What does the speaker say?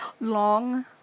long